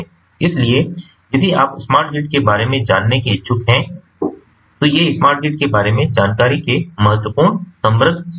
इसलिए यदि आप स्मार्ट ग्रिड के बारे में जानने के इच्छुक हैं तो ये स्मार्ट ग्रिड के बारे में जानकारी के महत्वपूर्ण समृद्ध स्रोत हैं